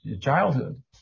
childhood